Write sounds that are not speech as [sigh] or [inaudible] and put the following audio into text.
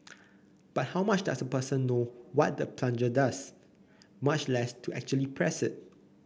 but how much does a person know what the plunger does much less to actually [noise] press it